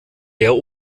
der